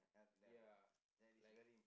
ya like